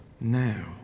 now